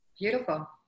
Beautiful